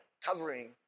covering